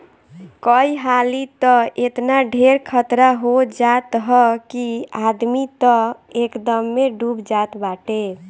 कई हाली तअ एतना ढेर खतरा हो जात हअ कि आदमी तअ एकदमे डूब जात बाटे